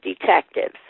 detectives